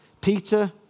Peter